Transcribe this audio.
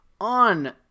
on